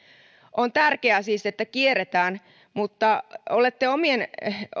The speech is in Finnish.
on siis tärkeää että kierretään mutta